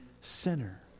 sinner